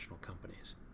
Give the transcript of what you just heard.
companies